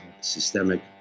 systemic